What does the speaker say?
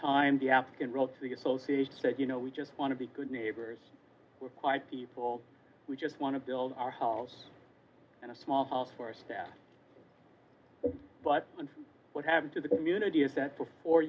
time the african wrote to the association said you know we just want to be good neighbors we're quite people we just want to build our house and a small house for our staff but what happened to the community is that for four